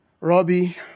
Robbie